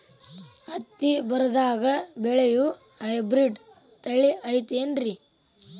ಹತ್ತಿ ಬರದಾಗ ಬೆಳೆಯೋ ಹೈಬ್ರಿಡ್ ತಳಿ ಐತಿ ಏನ್ರಿ?